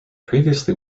previously